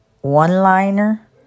one-liner